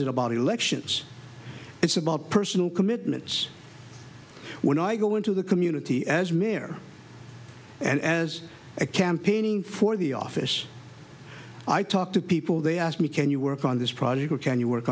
it about elections it's about personal commitments when i go into the community as mayor and as a campaigning for the office i talk to people they ask me can you work on this project or can you work